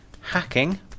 hacking